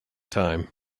time